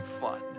fun